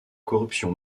corruption